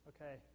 Okay